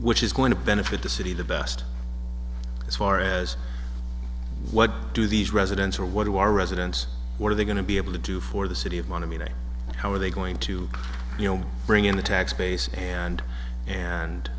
which is going to benefit the city the best as far as what do these residents or what do our residents what are they going to be able to do for the city of money how are they going to you know bring in the tax base and and